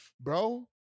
bro